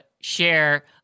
share